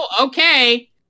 okay